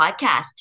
podcast